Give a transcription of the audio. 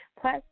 Plus